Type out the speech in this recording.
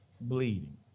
Bleeding